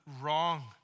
wrong